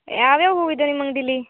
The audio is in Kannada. ಯಾವ್ಯಾವ ಹೂವಿದೆ ನಿಮ್ಮ ಅಂಗಡಿಲಿ